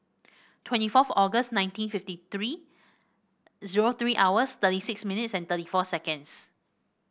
twenty fourth August nineteen fifty three zero three hours thirty six minutes thirty four seconds